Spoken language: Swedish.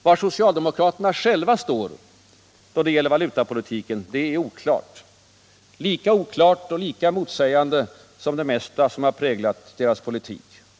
Var socialdemokraterna själva står då det gäller valutapolitiken är oklart —- lika oklart och lika motsägande som det mesta som präglar deras politik.